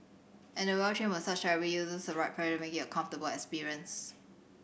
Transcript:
and the well trained massage therapist uses the right pressure to make it a comfortable experience